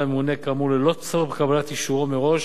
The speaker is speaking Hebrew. לממונה כאמור ללא צורך בקבלת אישורו מראש,